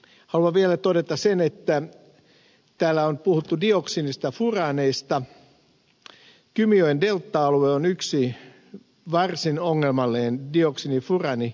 haluan vielä todeta sen kun täällä on puhuttu dioksiinista ja furaaneista että kymijoen delta alue on yksi varsin ongelmallinen dioksiini furaanilähde